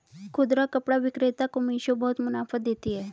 खुदरा कपड़ा विक्रेता को मिशो बहुत मुनाफा देती है